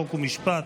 חוק ומשפט,